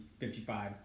55